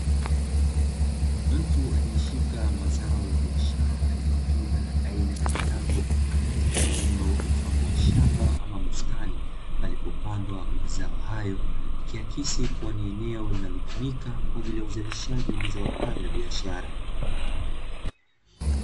Mtu aliyeshika mazao ya biasharaya matunda aina ya matango, katika eneo la shamba ama bustani palipopandwa mazao hayo, ikiasikisi kuwa ni eneo linalotumika kwa ajili ya uzalishaji ya mazao hayo ya biashara.